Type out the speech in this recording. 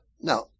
now